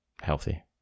healthy